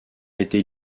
été